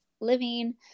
living